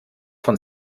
von